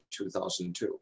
2002